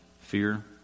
Fear